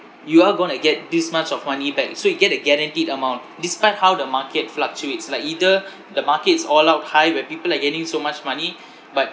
you are going to get this much of money back so you get a guaranteed amount despite how the market fluctuates like either the market is all out high where people are gaining so much money but